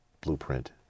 Blueprint